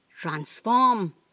transform